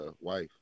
wife